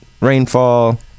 rainfall